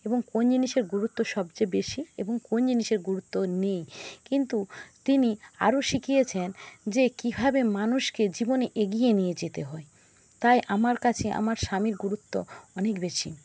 এবং কোন জিনিসের গুরুত্ব সবচেয়ে বেশি এবং কোন জিনিসের গুরুত্ব নেই কিন্তু তিনি আরো শিখিয়েছেন যে কীভাবে মানুষকে জীবনে এগিয়ে নিয়ে যেতে হয় তাই আমার কাছে আমার স্বামীর গুরুত্ব অনেক বেশি